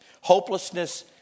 Hopelessness